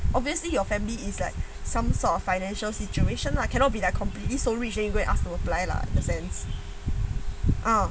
obviously your family is like some sort of financial situation lah cannot be like completely rich then you go and ask to apply sense